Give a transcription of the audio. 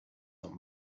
not